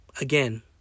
again